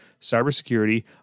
cybersecurity